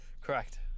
Correct